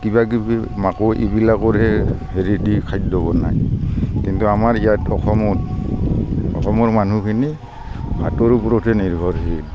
কিবাকিবি মাকৈ এইবিলাকৰ হে হেৰিদি খাদ্য বনায় কিন্তু আমাৰ ইয়াত অসমত অসমৰ মানুহখিনি ভাতৰ ওপৰতহে নিৰ্ভৰশীল